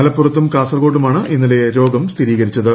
മലപ്പുറത്തും കാസർക്കോട്ടുമാണ് ഇന്നലെ രോഗം സ്ഥിരീകരിച്ചത്